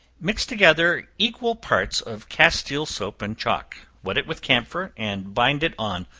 mix together equal parts of castile soap and chalk wet it with camphor, and bind it on,